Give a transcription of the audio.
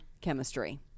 chemistry